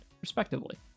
respectively